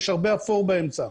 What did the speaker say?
יש הרבה אפור באמצע.